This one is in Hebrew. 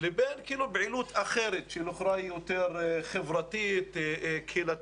לבין פעילות אחרת שאופייה הוא יותר חברתי וקהילתי.